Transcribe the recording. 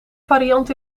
variant